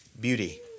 beauty